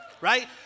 right